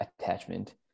attachment